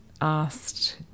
asked